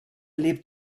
lebt